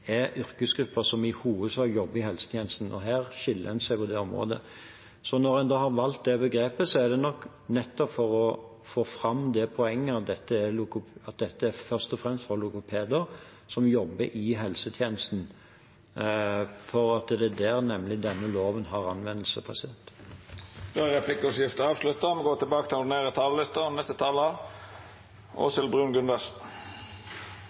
er yrkesgrupper som i hovedsak jobber i helsetjenesten. Og her skiller man seg ut på det området. Når vi har valgt det begrepet, er det nok nettopp for å få fram det poenget at dette først og fremst er for logopeder som jobber i helsetjenesten, for det er nemlig der denne loven har anvendelse. Replikkordskiftet er avslutta.